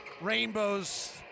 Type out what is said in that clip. rainbows